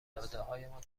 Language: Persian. دادههایمان